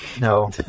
No